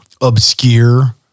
obscure